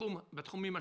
בתחומים השונים.